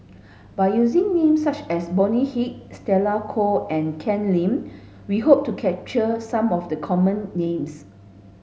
by using names such as Bonny Hicks Stella Kon and Ken Lim we hope to capture some of the common names